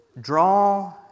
Draw